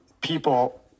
people